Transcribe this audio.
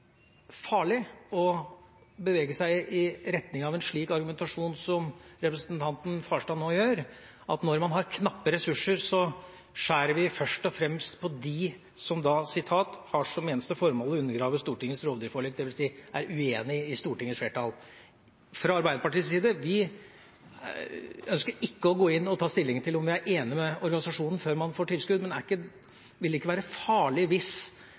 farlig å bevege seg i retning av en slik argumentasjon som representanten Farstad nå gjør – at når man har knappe ressurser, skjærer man først og fremst i tilskuddet til dem som har «som eneste formål å undergrave Stortingets rovdyrforlik», dvs. er uenig med Stortingets flertall? Fra Arbeiderpartiets side ønsker vi ikke å gå inn og ta stilling til om vi er enig med organisasjonen før den får tilskudd. Vil det ikke være farlig hvis